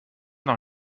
dans